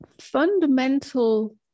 fundamental